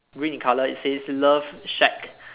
green in colour it says love shack